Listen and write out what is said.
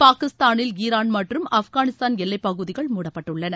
பாகிஸ்தானில் ஈரான் மற்றும் ஆப்கானிஸ்தான் எல்லைப் பகுதிகள் முடப்பட்டுள்ளன